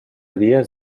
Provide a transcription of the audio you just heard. dies